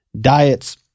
diets